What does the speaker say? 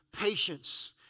patience